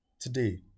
Today